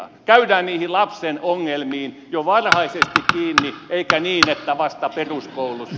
käydään niihin lapsen ongelmiin jo varhaisesti kiinni eikä niin että vasta peruskoulussa